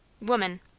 Woman